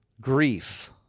grief